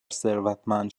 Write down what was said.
ثروتمند